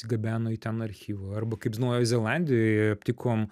gabeno į ten archyvų arba kaip naujojoj zelandijoj aptikom